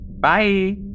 bye